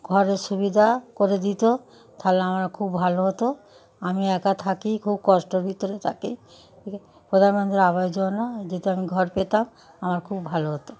ঘরের সুবিধা করে দিত তাহলে আমার খুব ভালো হতো আমি একা থাকি খুব কষ্টর ভিতরে থাকি ঠিক আছে প্রধানমন্ত্রীর আবাস যোজনায় যদি আমি ঘর পেতাম আমার খুব ভালো হতো